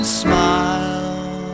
smile